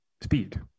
speed